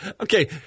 okay